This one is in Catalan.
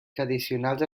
tradicionals